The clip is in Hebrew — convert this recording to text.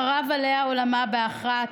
חרב עליה עולמה באחת,